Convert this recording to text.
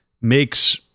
makes